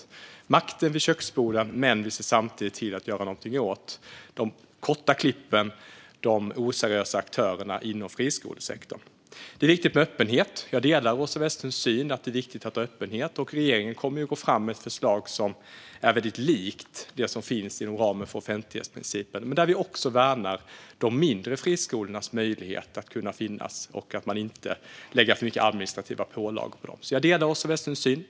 Vi ser till att makten finns vid köksborden men ser samtidigt till att göra något åt de korta klippen och de oseriösa aktörerna inom friskolesektorn. Jag delar Åsa Westlunds syn att det är viktigt med öppenhet. Regeringen kommer att gå fram med ett förslag som är väldigt likt det som gäller inom ramen för offentlighetsprincipen men där vi också värnar de mindre friskolornas möjlighet att finnas och ser till att inte lägga för mycket administrativa pålagor på dem. Jag delar alltså Åsa Westlunds syn.